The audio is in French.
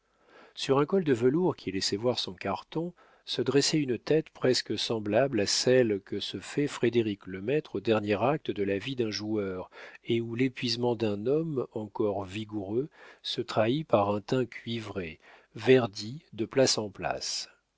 sur un col de velours qui laissait voir son carton se dressait une tête presque semblable à celle que se fait frédérick lemaître au dernier acte de la vie d'un joueur et où l'épuisement d'un homme encore vigoureux se trahit par un teint cuivré verdi de place en place